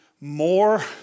more